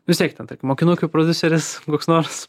vis tiek ten tarkim mokinukių prodiuseris koks nors